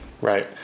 Right